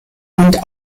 und